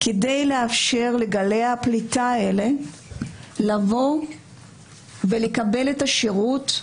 כדי לאפשר לגלי הפליטים האלה לבוא ולקבל את השירות,